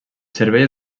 servei